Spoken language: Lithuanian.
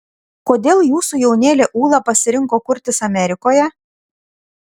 kodėl jūsų jaunėlė ūla pasirinko kurtis amerikoje